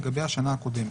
לגבי השנה הקודמת,